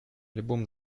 любым